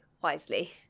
wisely